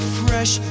fresh